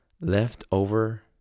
Leftover